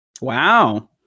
Wow